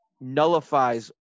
nullifies